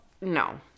no